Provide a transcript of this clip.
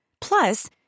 Plus